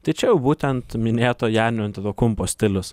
tai čia jau būtent minėto janio antetokumpo stilius